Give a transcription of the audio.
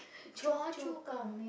Choa-Chu-Kang